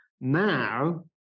Now